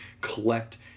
collect